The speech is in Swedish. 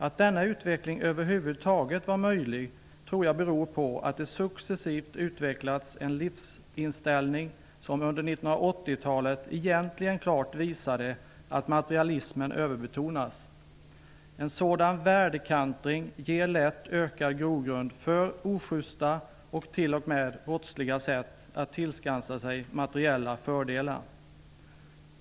Att denna utveckling över huvud taget var möjlig tror jag beror på att det successivt utvecklades en livsiniställning som under 1980-talet klart visade att materialismen överbetonades. En sådan värdekantring ger lätt ökad grogrund för osjysta och t.o.m. brottsliga sätt att tillskansa sig materiella fördelar.